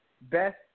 best